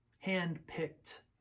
hand-picked